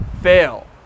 Fail